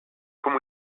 can